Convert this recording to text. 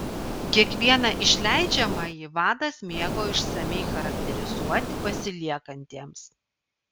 kiekvieną išleidžiamąjį vadas mėgo išsamiai charakterizuoti pasiliekantiems